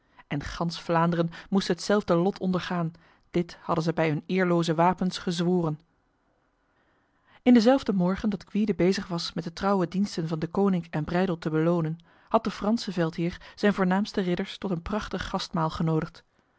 en gans vlaanderen moest hetzelfde lot ondergaan dit hadden zij bij hun eerloze wapens gezworen in dezelfde morgen dat gwyde bezig was met de trouwe diensten van deconinck en breydel te belonen had de franse veldheer zijn voornaamste ridders tot een prachtig gastmaal genodigd